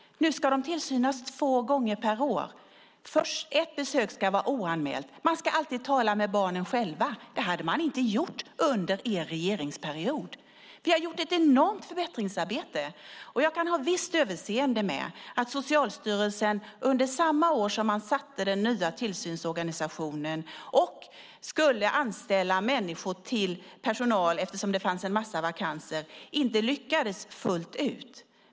Nu ska de tillsynas två gånger per år. Ett besök ska vara oanmält. Man ska alltid tala med barnen själva. Det hade man inte gjort under er regeringsperiod. Vi har gjort ett enormt förbättringsarbete. Jag kan ha visst överseende med att Socialstyrelsen inte lyckades fullt ut under samma år som man skapade den nya tillsynsorganisationen och skulle anställa ny personal eftersom det fanns vakanser.